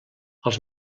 els